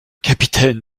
capitaine